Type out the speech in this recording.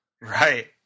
Right